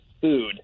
food